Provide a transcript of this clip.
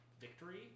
victory